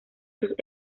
sus